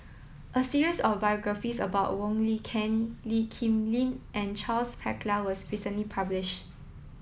a series of biographies about Wong Lin Ken Lee Kip Lin and Charles Paglar was recently publish